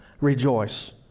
rejoice